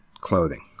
clothing